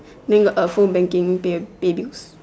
then got uh phone banking pay pay bills